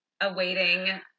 awaiting